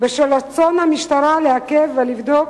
בשל רצון המשטרה לעכב ולבדוק